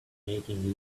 making